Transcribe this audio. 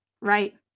right